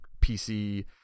PC